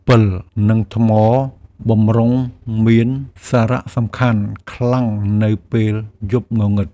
ពិល និងថ្មបម្រុងមានសារៈសំខាន់ខ្លាំងនៅពេលយប់ងងឹត។